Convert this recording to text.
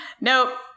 Nope